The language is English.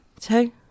Two